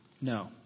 No